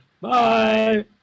Bye